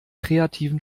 kreativen